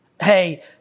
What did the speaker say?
hey